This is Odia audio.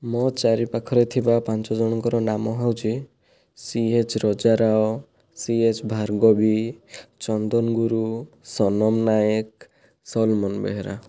ମୋ ଚାରି ପାଖରେ ଥିବା ପାଞ୍ଚଜଣଙ୍କର ନାମ ହେଉଛି ସିଏଚ୍ ରଜା ରାଓ ସିଏଚ୍ ଭାର୍ଗବୀ ଚନ୍ଦନ ଗୁରୁ ସନମ ନାୟକ ସଲମନ ବେହେରା